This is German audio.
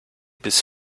bis